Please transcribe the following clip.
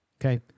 okay